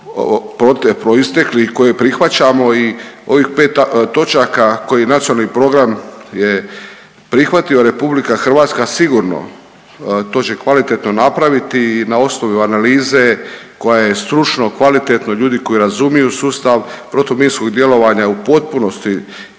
proistekli i koje prihvaćamo i ovih pet točaka koje nacionalni program je prihvatio Republika Hrvatska sigurno to će kvalitetno napraviti i na osnovu analize koja je stručno, kvalitetno, ljudi koji razumiju sustav protuminskog djelovanja u potpunosti